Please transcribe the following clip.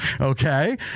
Okay